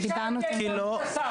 אני ביקשתי את העמדה של השר.